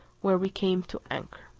where we came to anchor.